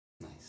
Nice